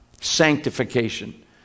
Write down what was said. sanctification